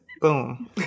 boom